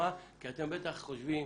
אתם בטח חושבים